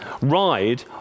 ride